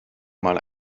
mal